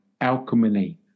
Alchemy